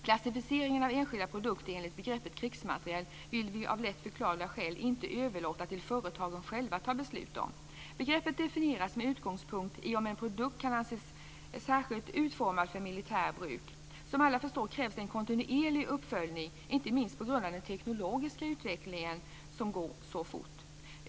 Klassificeringen av enskilda produkter enligt begreppet krigsmateriel vill vi av förklarliga skäl inte överlåta åt företagen själva att fatta beslut om. Begreppet definieras med utgångspunkt i om en produkt kan anses särskilt utformad för militärt bruk. Som alla förstår krävs det en kontinuerlig uppföljning, inte minst på grund av att den teknologiska utvecklingen går så fort.